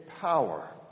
power